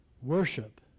worship